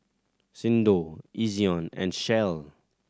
Xndo Ezion and Shell